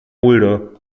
mulder